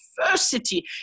diversity